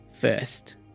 first